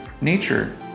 nature